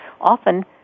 often